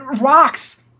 Rocks